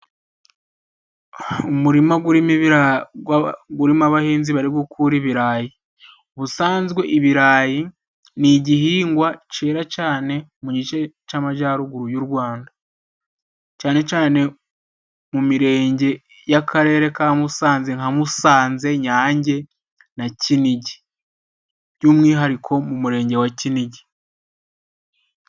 Umurima urimo ibirayi, urimo abahinzi bari gukura ibirayi. ubusanzwe ibirayi ni igihingwa cyera cyane mu gice cy'Amajyaruguru y'u Rwanda cyane cyane mu mirenge y'Akarere ka Musanze nka Musanze, Nyange na Kinigi by'umwihariko mu murenge wa Kinigi.